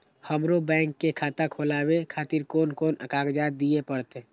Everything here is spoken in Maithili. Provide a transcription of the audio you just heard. हमरो बैंक के खाता खोलाबे खातिर कोन कोन कागजात दीये परतें?